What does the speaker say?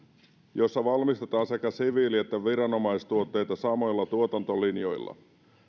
joissa valmistetaan sekä siviili että viranomaistuotteita samoilla tuotantolinjoilla